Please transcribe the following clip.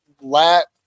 lat